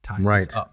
Right